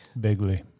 bigly